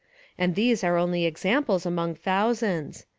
and these are only examples among thousands.